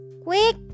Quick